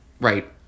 Right